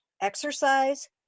exercise